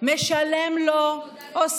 המצב כל כך טוב צריך להגיד תודה לביבי.